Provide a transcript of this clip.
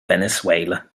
venezuela